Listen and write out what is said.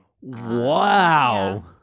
wow